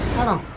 and